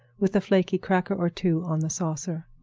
with a flaky cracker or two on the saucer.